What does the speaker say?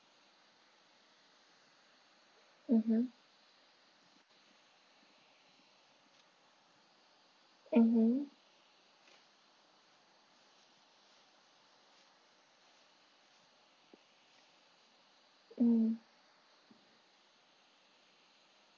mmhmm mmhmm mm